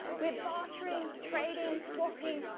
we're bartering, trading, swapping,